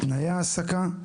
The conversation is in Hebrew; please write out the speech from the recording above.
תנאי העסקה,